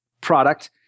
product